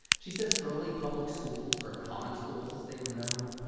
she says early public schools, or common schools as they were known,